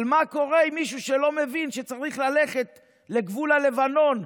אבל מה קורה עם מישהו שלא מבין שצריך ללכת לגבול הלבנון,